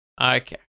Okay